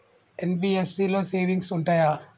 NBFC లో savings ఉంటయా?